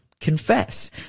confess